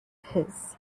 his